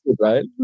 right